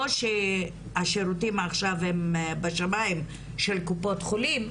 לא שהשירותים עכשיו הם בשמיים של קופות-חולים.